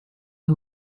who